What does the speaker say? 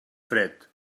fred